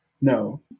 No